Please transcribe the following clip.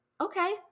Okay